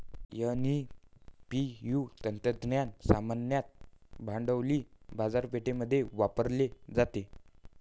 NPV तंत्रज्ञान सामान्यतः भांडवली बजेटमध्ये वापरले जाते